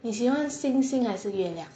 你喜欢星星还是月亮